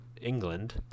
england